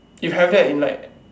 you have that in like